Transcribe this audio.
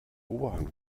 oberhand